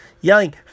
yelling